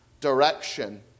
direction